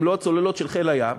גם לא הצוללות של חיל הים.